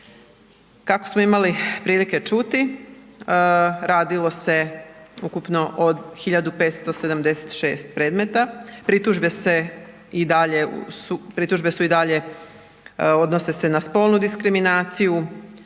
Kako smo imali prilike čuti, radilo se ukupno o 1576 predmeta, pritužbe i dalje odnose se na spolnu diskriminaciju